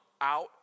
out